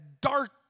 dark